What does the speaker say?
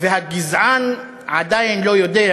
והגזען עדיין לא יודע